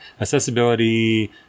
Accessibility